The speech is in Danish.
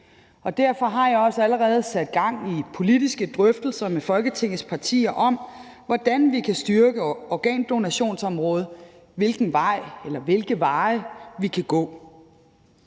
Derfor har jeg også allerede sat gang i politiske drøftelser med Folketingets partier om, hvordan vi kan styrke organdonationsområdet, og hvilken vej eller hvilke veje vi kan gå.